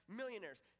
millionaires